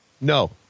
No